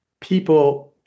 people